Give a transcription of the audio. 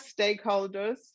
stakeholders